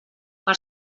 per